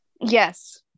Yes